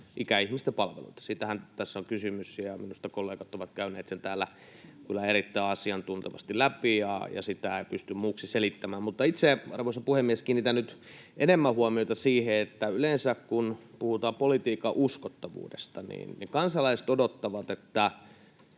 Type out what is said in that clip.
ikäihmisten palveluita, siitähän tässä on kysymys, ja minusta kollegat ovat käyneet sen täällä kyllä erittäin asiantuntevasti läpi, ja sitä ei pysty muuksi selittämään. Mutta itse, arvoisa puhemies, kiinnitän nyt enemmän huomiota siihen, että yleensä kun puhutaan politiikan uskottavuudesta, niin kansalaiset odottavat, että